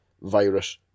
virus